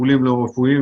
טיפולים לא רפואיים,